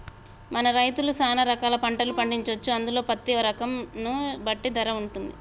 మన రైతులు సాన రకాల పంటలు పండించొచ్చు అందులో పత్తి రకం ను బట్టి ధర వుంటది